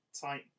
tight